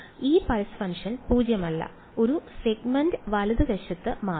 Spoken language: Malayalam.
ഈ പൾസ് ഫംഗ്ഷൻ പൂജ്യമല്ല ഒരു സെഗ്മെന്റ് വലതുവശത്ത് മാത്രം